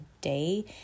day